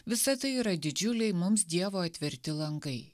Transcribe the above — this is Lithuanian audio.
visa tai yra didžiuliai mums dievo atverti langai